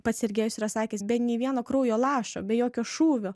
pats sergejus yra sakęs be nei vieno kraujo lašo be jokio šūvio